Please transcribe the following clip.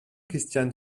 christian